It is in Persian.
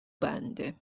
بنده